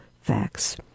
facts